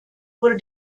wurde